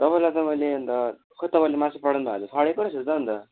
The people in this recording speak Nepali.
तपाईँलाई त मैले अन्त खै तपाईँले मासु पठाउनु भएको त सढेको रहेछ त अन्त